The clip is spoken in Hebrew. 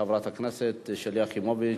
חברת הכנסת שלי יחימוביץ,